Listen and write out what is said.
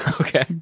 okay